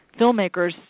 filmmakers